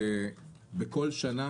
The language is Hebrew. בכל שנה